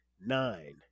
nine